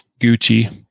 gucci